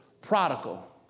prodigal